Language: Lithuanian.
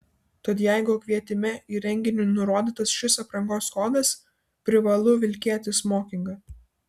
tad jeigu kvietime į renginį nurodytas šis aprangos kodas privalu vilkėti smokingą